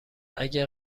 اگه